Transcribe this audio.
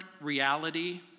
reality